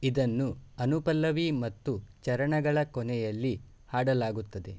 ಇದನ್ನು ಅನುಪಲ್ಲವಿ ಮತ್ತು ಚರಣಗಳ ಕೊನೆಯಲ್ಲಿ ಹಾಡಲಾಗುತ್ತದೆ